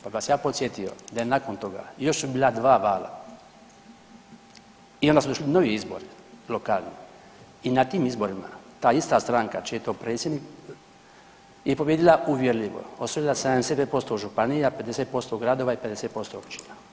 Pa bi vas ja podsjetio i da nakon toga još su bila 2 vala i onda su došli novi izbori lokalni i na tim izborima ta ista stranka čiji je to predsjednik je pobijedila uvjerljivo osvojila …/nerazumljivo/… posto županija, 50% gradova i 50% općina.